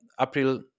April